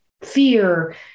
fear